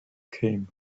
came